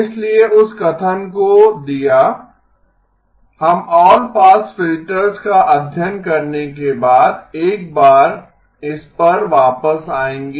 इसलिए उस कथन को दिया हम ऑल पास फिल्टर्स का अध्ययन करने के बाद एक बार इस पर वापस आएंगे